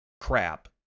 crap